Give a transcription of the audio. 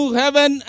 heaven